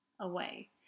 away